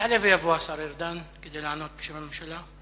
יעלה ויבוא השר גלעד ארדן כדי לענות בשם הממשלה.